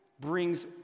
brings